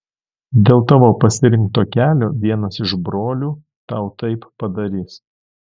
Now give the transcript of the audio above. dėl tavo pasirinkto kelio vienas iš brolių tau taip padarys